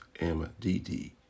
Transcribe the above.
MDD